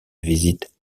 visite